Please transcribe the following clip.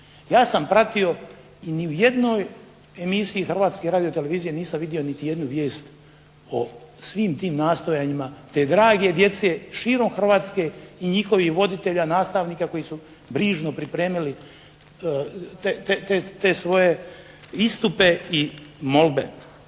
Ja sam pratio i u niti jednoj emisiji Hrvatske radiotelevizije nisam vidio niti jednu vijest o svim tim nastojanjima te drage djece širom Hrvatske i njihovih voditelja, nastavnika koji su brižno pripremili te svoje istupe i molbe.